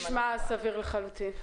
זה נשמע סביר לחלוטין.